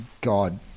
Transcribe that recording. God